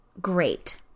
great